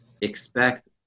expect